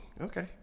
Okay